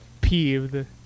peeved